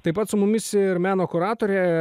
taip pat su mumis ir meno kuratorė